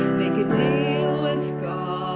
make a deal with god